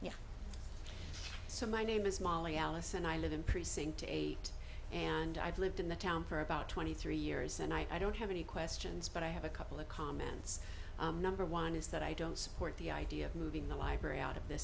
yes so my name is molly alice and i live in precinct eight and i've lived in the town for about twenty three years and i don't have any questions but i have a couple of comments number one is that i don't support the idea of moving the library out of the